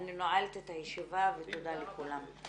אני נועלת את הישיבה, ותודה לכולם.